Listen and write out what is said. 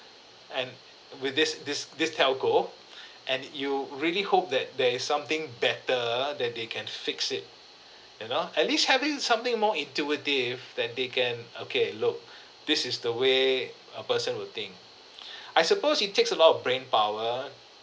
and with this this this telco and you really hope that there is something better that they can fix it you know at least having something more intuitive that they can okay look this is the way a person would think I suppose it takes a lot of brain power